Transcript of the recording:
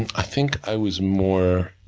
and i think i was more